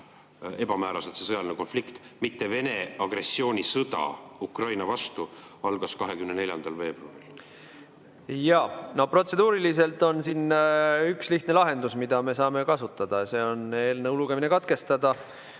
ebamääraselt "sõjaline konflikt", mitte "Vene agressioonisõda Ukraina vastu" – algas 24. veebruaril. No protseduuriliselt on siin üks lihtne lahendus, mida me saame kasutada, see on eelnõu lugemine katkestada